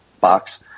box